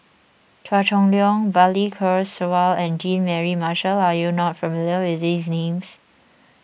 Chua Chong Long Balli Kaur Jaswal and Jean Mary Marshall are you not familiar with these names